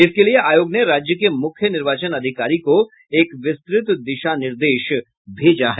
इसके लिए आयोग ने राज्य के मुख्य निर्वाचन अधिकारी को एक विस्तृत दिशा निर्देश भेजा है